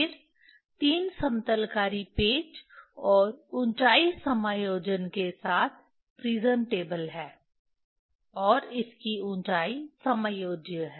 फिर 3 समतलकारी पेच और ऊंचाई समायोजन के साथ प्रिज्म टेबल है और इसकी ऊंचाई समायोज्य है